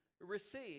receive